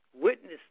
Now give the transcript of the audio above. witness